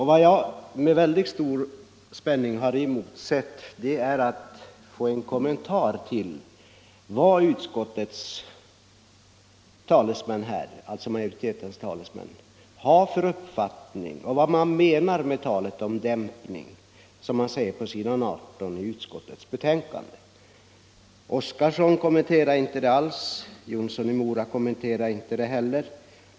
Vad jag med väldigt stor spänning har emotsett är en redogörelse för vad utskottsmajoritetens talesmän menar med talet på s. 18 i betänkandet om dämpning av tillväxttakten i storstadsområdena. Herr Oskarson kommenterade det inte alls, inte heller herr Jonsson i Mora.